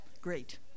Great